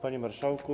Panie Marszałku!